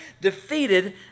defeated